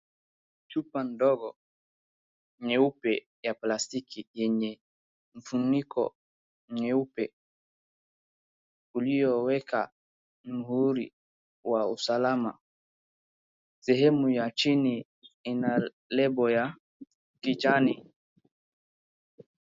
Chupa ndogo nyeupe ya plastiki yenye mfuniko nyeupe ulioweka mhuri wa usalama. Sehemu ya chini ina label ya kijani.